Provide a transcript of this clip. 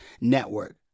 network